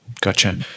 Gotcha